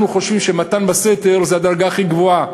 אנחנו חושבים שמתן בסתר זה הדרגה הכי גבוהה,